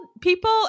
People